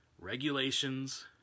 regulations